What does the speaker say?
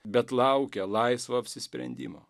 bet laukia laisvo apsisprendimo